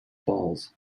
balls